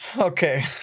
Okay